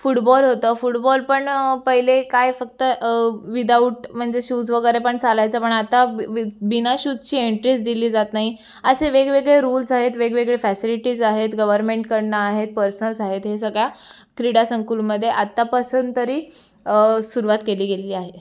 football होतं football पण पहिले काय फक्त विदाऊट म्हणजे शूज वगैरे पण चालायचं पण आत्ता वि बी विना शूजची एन्ट्रीच दिली जात नाही असे वेगवेगळे रुल्स आहेत वेगवेगळे फॅसिलिटीज आहेत गव्हरमेंटकडून आहेत पर्सनल्स आहेत हे सगळ्या क्रीडा संकुलमध्ये आत्तापासून तरी सुरुवात केली गेलेली आहे